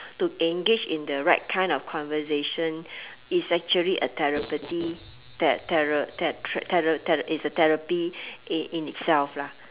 to engage in the right kind of conversation is actually a therapeutic ther~ thera~ ther~ thera~ is a therapy in in itself lah